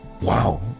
wow